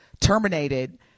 terminated